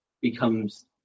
becomes